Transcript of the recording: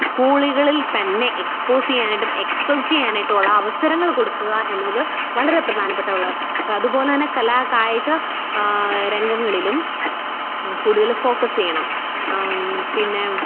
സ്കൂളികളില് തന്നെ എക്സ്പോസ് ചെയ്യാനായിട്ടും എക്സ്പ്രസ് ചെയ്യാനായിട്ടും ഉള്ള അവസരങ്ങൾ കൊടുക്കുക എന്നത് വളരെ പ്രധാനപ്പെട്ടവൾ അതുപോലെ തന്നെ കലാകായിക രംഗങ്ങളിലും കൂടുതൽ ഫോക്കസ് ചെയ്യണം പിന്നെ